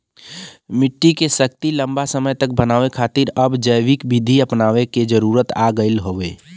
मट्टी के शक्ति लंबा समय तक बनाये खातिर अब जैविक विधि अपनावे क जरुरत आ गयल हौ